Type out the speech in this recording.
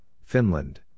Finland